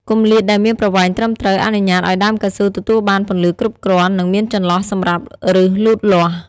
គម្លាតដែលមានប្រវែងត្រឹមត្រូវ អនុញ្ញាតឱ្យដើមកៅស៊ូទទួលបានពន្លឺគ្រប់គ្រាន់ និងមានចន្លោះសម្រាប់ឬសលូតលាស់។